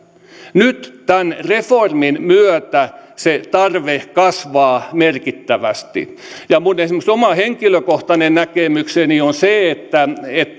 nyt tämän reformin myötä se tarve kasvaa merkittävästi minun oma henkilökohtainen näkemykseni on se että